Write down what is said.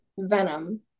venom